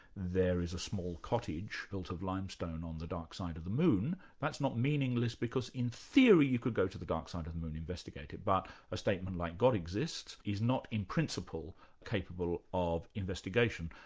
there is a small cottage, built of limestone on the dark side of the moon that's not meaningless, because in theory you could go to the dark side of the moon and investigate it. but a statement like god exists, is not in principle capable of investigation.